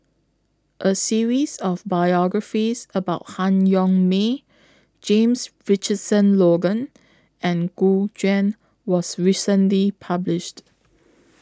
A series of biographies about Han Yong May James Richardson Logan and Gu Juan was recently published